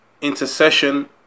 intercession